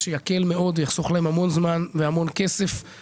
מה שיקל מאוד ויחסוך להם המון זמן והמון כסף.